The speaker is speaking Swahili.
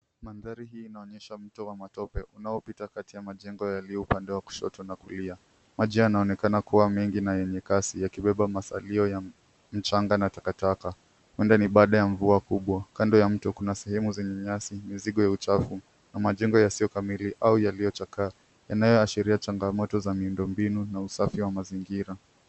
Maandari hii unaonyesha mto wa matope unaopita kati ya majengo yalio pande wa kushoto na kulia, maji yanaonekana kuwa mengi na enye kazi yakibeba mazalio ya mchanga na taka taka, huenda ni baada ya mvua kubwa, kando ya mto kuna sehemu zenye nyasi miziko ya uchafu na majengo yasiokamili au yaliojakaa yanaoashiria changamoto za miundobinu na usafi wa mazingira.